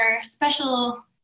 special